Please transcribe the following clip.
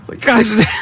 Guys